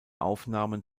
aufnahmen